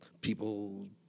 people